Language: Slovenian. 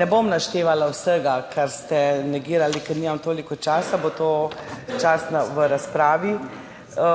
Ne bom naštevala vsega, kar ste negirali, ker nimam toliko časa, za to bo čas v razpravi.